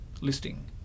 listing